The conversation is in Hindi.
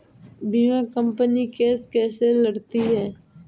बीमा कंपनी केस कैसे लड़ती है?